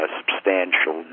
substantial